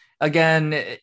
Again